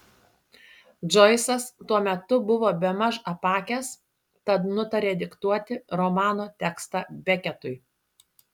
džoisas tuo metu buvo bemaž apakęs tad nutarė diktuoti romano tekstą beketui